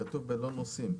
כתוב בלא נוסעים.